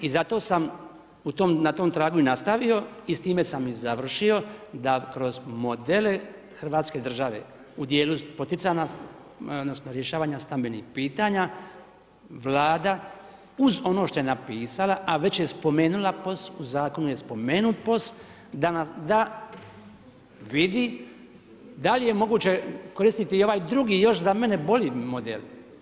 I zato sam i na tom tragu i nastavio i s time sam završio da kroz modele Hrvatske države u dijelu poticanja odnosno rješavanja stambenih pitanja, Vlada uz ono što je napisala, a već je spomenula POS, u zakonu je spomenut POS da … vidi da li je moguće koristiti i ovaj drugi još za mene bolji model.